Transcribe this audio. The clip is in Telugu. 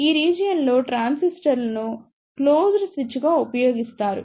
ఈ రీజియన్ లో ట్రాన్సిస్టర్ను క్లోజ్డ్ స్విచ్గా ఉపయోగిస్తారు